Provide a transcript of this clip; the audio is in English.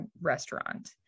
restaurant